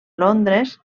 londres